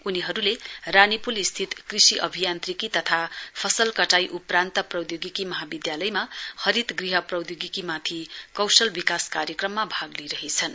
उनीहरुले रानीपूल स्थित कृषि अभियान्त्रिकी तथा फसल कटाइ उप्रान्त प्रौधोगिकी महाविधालयमा हरित गृह प्रौधोगिकी माथि कौशल विकास कार्यक्रममा भाग लिइरहेछन्